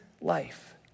life